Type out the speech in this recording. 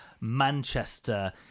Manchester